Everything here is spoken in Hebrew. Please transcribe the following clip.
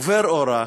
עובר אורח,